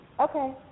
Okay